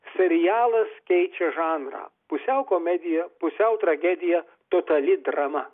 serialas keičia žanrą pusiau komedija pusiau tragedija totali drama